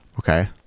Okay